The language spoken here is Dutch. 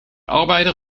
arbeider